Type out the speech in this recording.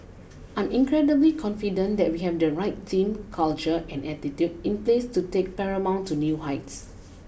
I'm incredibly confident that we have the right team culture and attitude in place to take Paramount to new heights